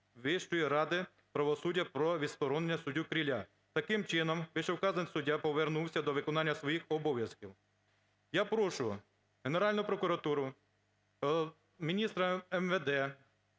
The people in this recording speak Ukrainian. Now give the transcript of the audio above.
Вищої ради правосуддя про відсторонення судді Кріля. Таким чином вищевказаний суддя повернувся до виконання своїх обов'язків. Я прошу Генеральну прокуратуру, міністра МВД,